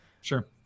sure